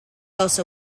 also